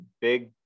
big